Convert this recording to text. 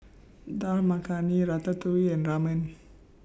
Dal Makhani Ratatouille and Ramen